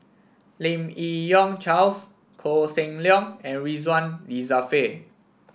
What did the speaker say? Lim Yi Yong Charles Koh Seng Leong and Ridzwan Dzafir